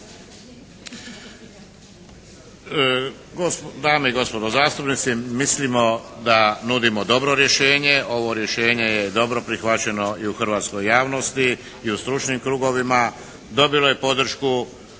Dame i gospodo zastupnici, mislimo da nudimo dobro rješenje. Ovo rješenje je dobro prihvaćeno i u hrvatskoj javnosti i u stručnim krugovima. Dobilo je podršku